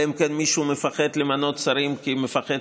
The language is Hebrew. אלא אם כן מישהו מפחד למנות שרים כי הוא מפחד